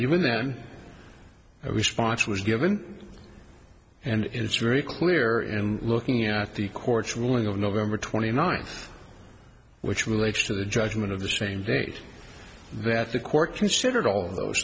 even then a response was given and it's very clear in looking at the court's ruling on november twenty ninth which relates to the judgment of the same date that the court considered all of those